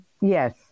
Yes